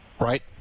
Right